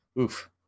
oof